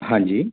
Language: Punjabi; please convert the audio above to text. ਹਾਂਜੀ